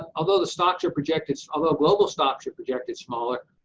ah although the stocks are projected although global stocks are projected smaller,